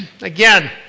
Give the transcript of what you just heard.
again